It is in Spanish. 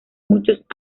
muchos